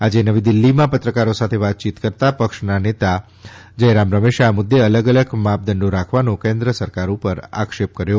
આજે નવી દિલ્લીમાં પત્રકારો સાથે વાતયીત કરતાં પક્ષના નેતા જયરામ રમેશે આ મુદ્દે અલગ અલગ માપદંડી રાખવાનો કેન્દ્ર સરકાર ઉપર આક્ષેપ કર્યો